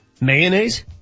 Mayonnaise